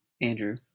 Andrew